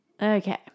Okay